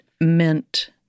meant